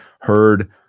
heard